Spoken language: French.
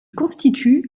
constitue